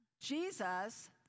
Jesus